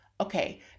okay